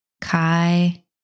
Kai